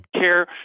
care